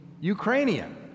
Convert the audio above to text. Ukrainian